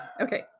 Okay